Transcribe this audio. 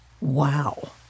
Wow